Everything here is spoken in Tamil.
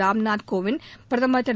ராம்நாத் கோவிந்த் பிரதமர் திரு